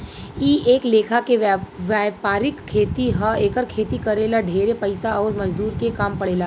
इ एक लेखा के वायपरिक खेती ह एकर खेती करे ला ढेरे पइसा अउर मजदूर के काम पड़ेला